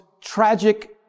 tragic